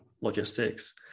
logistics